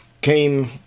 came